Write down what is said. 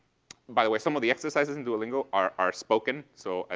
by the way, some of the exercises in duolingo are are spoken. so,